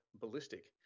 ballistic